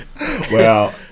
Wow